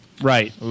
Right